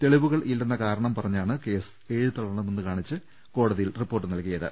തെളിവുകൾ ഇല്ലെന്ന കാരണം പറഞ്ഞാണ് കേസ് എഴുതിത്തള്ള ണമെന്ന് കാണിച്ച് കോടതിയിൽ റിപ്പോർട്ട് നൽകിയത്